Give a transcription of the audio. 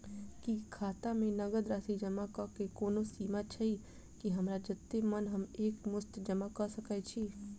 की खाता मे नगद जमा करऽ कऽ कोनो सीमा छई, की हमरा जत्ते मन हम एक मुस्त जमा कऽ सकय छी?